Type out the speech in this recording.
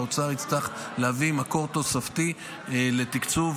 האוצר יצטרך להביא מקור תוספתי לתקצוב.